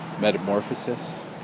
metamorphosis